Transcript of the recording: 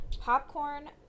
popcorn